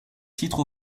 titre